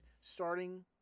starting